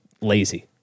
lazy